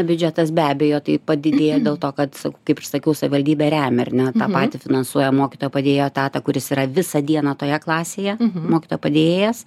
biudžetas be abejo tai padidėja dėl to kad sakau kaip ir sakiau savivaldybė remia ar ne tą patį finansuoja mokytojo padėjėjo etatą kuris yra visą dieną toje klasėje mokytojo padėjėjas